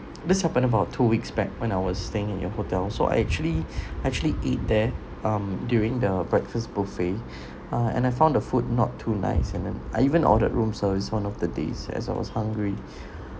this happened about two weeks back when I was staying in your hotel so actually actually eat there um during the breakfast buffet uh and I found the food not too nice and then I even ordered room service one of the days as I was hungry